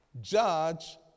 judge